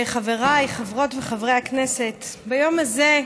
חבריי חברות וחברי הכנסת, ביום הזה,